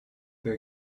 they